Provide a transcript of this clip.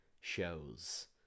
shows